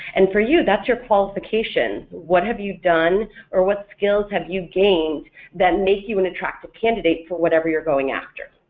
and for you that's your qualifications, what have you done or what skills have you gained that make you an attractive candidate for whatever you're going after?